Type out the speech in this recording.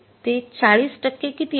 कारण ते ४० टक्के किती आहे